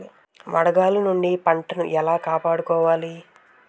వడగాలి నుండి పంటను ఏలా కాపాడుకోవడం?